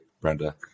Brenda